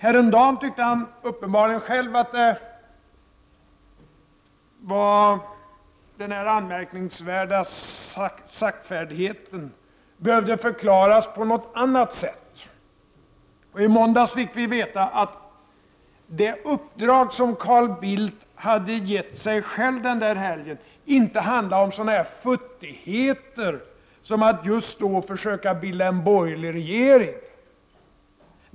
Häromdagen tyckte han uppenbarligen själv att den här anmärkningsvärda saktfärdigheten behövde förklaras på något annat sätt, och i måndags fick vi veta att det uppdrag som Carl Bildt hade gett sig själv den där helgen inte handlade om sådana futtigheter som att just då försöka bilda en borgerlig regering.